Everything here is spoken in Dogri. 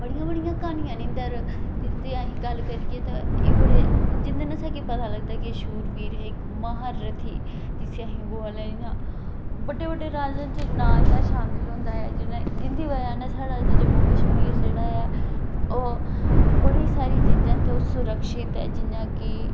बड़ियां बड़ियां क्हानियां न इं'दे पर जिंदी अगी गल्ल करिये ते एह् बड़े जिंदे कन्नै असेंगी पता लगदा कि एह् शूरवीर हे इक महारथी जिसी अस बोलने आं बड़े बड़े राजें च इंदा नांऽ शामल होंदा ऐ जिंदी बजह् नै साढ़ा अज्ज जम्मू कश्मीर जेह्ड़ा ऐ ओह् बड़ी सारी चीजें तूं सुरक्षित ऐ जियां कि